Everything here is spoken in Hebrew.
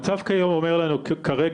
המצב כיום אומר לנו כרגע,